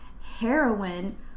heroin